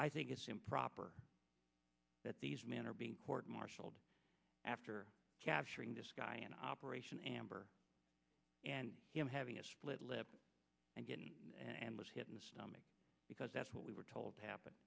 i think it's improper that these men are being court martialed after capturing the sky an operation amber and him having a split lip and getting in and was hit in the stomach because that's what we were told happen